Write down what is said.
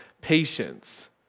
patience